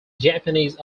japanese